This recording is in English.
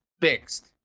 fixed